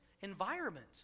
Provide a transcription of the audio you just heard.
environment